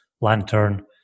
lantern